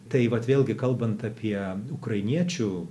tai vat vėlgi kalbant apie ukrainiečių